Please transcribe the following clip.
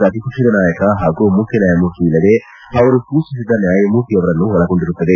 ಪ್ರತಿಪಕ್ಷದ ನಾಯಕ ಹಾಗೂ ಮುಖ್ಯ ನ್ಯಾಯಮೂರ್ತಿ ಇಲ್ಲವೇ ಅವರು ಸೂಚಿಸಿದ ನ್ನಾಯಮೂರ್ತಿ ಅವರನ್ನು ಒಳಗೊಂಡಿರುತ್ತದೆ